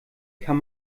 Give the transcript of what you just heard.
kann